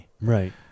Right